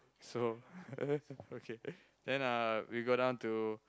so okay then uh we go down to